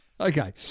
Okay